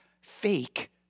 fake